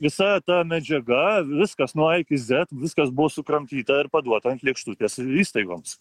visa ta medžiaga viskas nuo a iki zet viskas buvo sukramtyta ir paduota ant lėkštutės įstaigoms